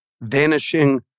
vanishing